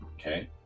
Okay